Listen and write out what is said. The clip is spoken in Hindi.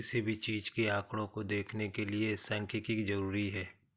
किसी भी चीज के आंकडों को देखने के लिये सांख्यिकी जरूरी हैं